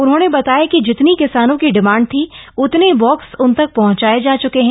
उन्होंने बताया कि जितनी किसानों की डिमांड थी उतने बॉक्स उन तक पहुंचाये जा च्के हैं